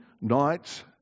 nights